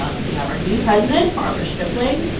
um we have our new president, barbara stripling,